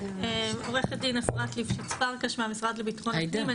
עו"ד אפרת ליפשיץ פרקש מהמשרד לביטחון הפנים,